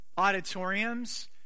auditoriums